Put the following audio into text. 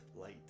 light